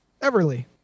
Everly